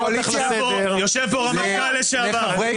יושב פה רמטכ"ל לשעבר.